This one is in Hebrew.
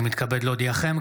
אני מתכבד להודיעכם,